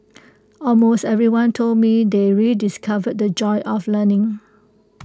almost everyone told me they rediscovered the joy of learning